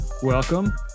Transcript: Welcome